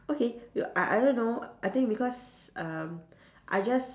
okay I I don't know I think because um I just